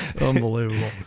Unbelievable